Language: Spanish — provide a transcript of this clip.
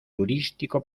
turístico